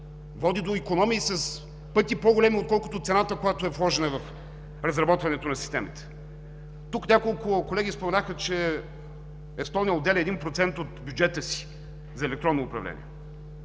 водят до икономии в пъти по-големи, отколкото цената, която е вложена в разработването на системата. Няколко колеги споменаха, че Естония отделя 1% от бюджета си за електронно управление.